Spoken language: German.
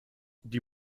die